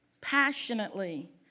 Passionately